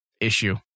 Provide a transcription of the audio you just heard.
issue